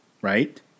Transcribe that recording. right